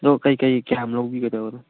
ꯑꯗꯣ ꯀꯔꯤ ꯀꯔꯤ ꯀꯌꯥꯝ ꯂꯧꯕꯤꯒꯗꯕ